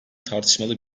tartışmalı